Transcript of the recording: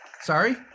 Sorry